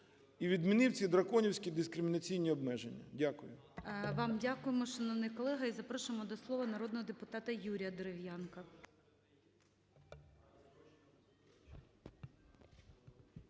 і відмінив ці драконівські дискримінаційні обмеження. Дякую. ГОЛОВУЮЧИЙ. Вам дякуємо, шановний колега. І запрошуємо до слова народного депутата Юрія Дерев'янка.